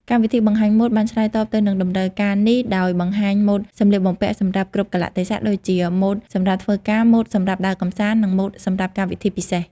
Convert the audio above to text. កម្មវិធីបង្ហាញម៉ូដបានឆ្លើយតបទៅនឹងតម្រូវការនេះដោយបង្ហាញម៉ូដសម្លៀកបំពាក់សម្រាប់គ្រប់កាលៈទេសៈ ដូចជា ម៉ូដសម្រាប់ធ្វើការ ម៉ូដសម្រាប់ដើរកម្សាន្ត និង ម៉ូដសម្រាប់កម្មវិធីពិសេស។